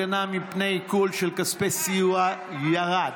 הגנה מפני עיקול של כספי סיוע) ירד.